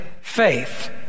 faith